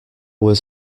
was